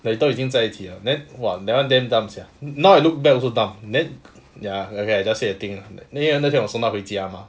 like 都已经在一起了 then !wah! that [one] damn dumb sia now I look back also dumb then ya okay I just say the thing 那天那天我送她回家 mah